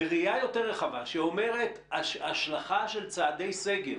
בראייה יותר רחבה, שאומרת השלכה של צעדי סגר,